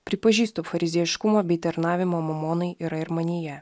pripažįstu fariziejiškumo bei tarnavimo mamonai yra ir manyje